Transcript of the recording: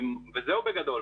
וזהו בגדול.